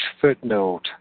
Footnote